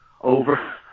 over